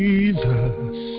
Jesus